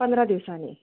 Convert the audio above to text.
पंधरा दिवसांनी